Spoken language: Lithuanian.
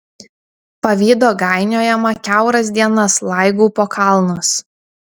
pavydo gainiojama kiauras dienas laigau po kalnus